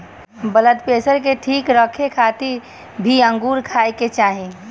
blood pressure के ठीक रखे खातिर भी अंगूर खाए के चाही